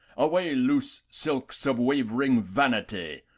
away, loose silks of wavering vanity!